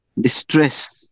distress